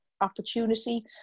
opportunity